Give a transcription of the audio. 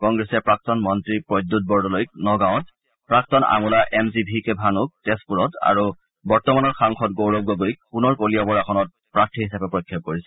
কংগ্ৰেছে প্ৰাক্তন মন্ত্ৰী প্ৰদ্যুৎ বৰদলৈক নগাঁৱত প্ৰাক্তন আমোলা এম জি ভি কে ভানুক তেজপুৰত আৰু বৰ্তমানৰ সাংসদ গৌৰৱ গগৈক পুনৰ কলিয়াবৰ আসনত প্ৰাৰ্থী হিচাপে প্ৰক্ষেপ কৰিছে